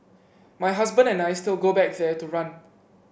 my husband and I still go back there to run